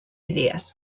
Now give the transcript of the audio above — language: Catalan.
idees